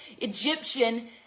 Egyptian